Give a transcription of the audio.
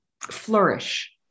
flourish